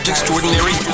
Extraordinary